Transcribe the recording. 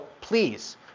please